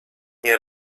nie